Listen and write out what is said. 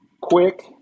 quick